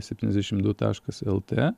septyniasdešim du taškas lt